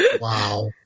Wow